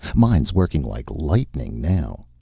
mine's working like lightning now.